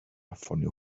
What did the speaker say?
ffonio